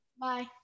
Bye